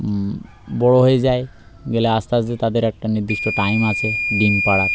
বড়ো হয়ে যায় গেলে আস্তে আস্তে তাদের একটা নির্দিষ্ট টাইম আছে ডিম পাড়ার